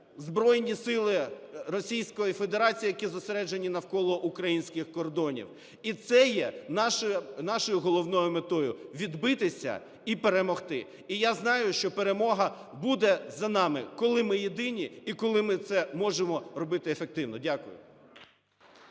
Збройні сили Російської Федерації, які зосереджені навколо українських кордонів. І це є нашою головною метою – відбитися і перемогти. І я знаю, що перемога буде за нами, коли ми єдині і коли ми це можемо робити ефективно. Дякую.